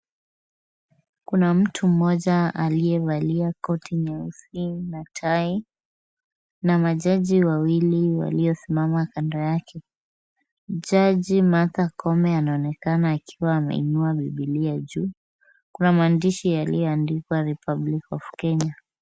Kuna mtu mmoja aliyevalia koti nyeusi na tai na jaji wawili waliosimama kando yake. Jaji Martha Koome anaonekana akiwa ameinua bibilia juu. Kuna maandishi yaliyoandikwa republic of Kenya.